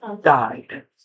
died